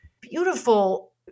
beautiful